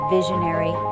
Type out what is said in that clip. visionary